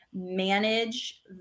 manage